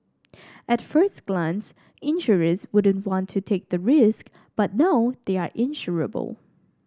at first glance insurers wouldn't want to take the risk but now they are insurable